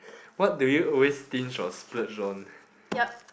what do you always stinge or splurge on